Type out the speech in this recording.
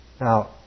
Now